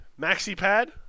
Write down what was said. MaxiPad